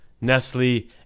Nestle